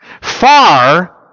Far